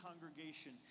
congregation